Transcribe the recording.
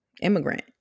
immigrant